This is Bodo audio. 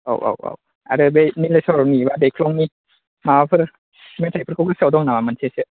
औ औ औ आरो बै निलेस्वरनि एबा दैख्लंनि माबाफोर मेथायफोरखौ गोसोआव दं नामा मोनसेसो